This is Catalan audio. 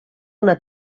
una